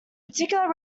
particular